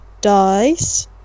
dice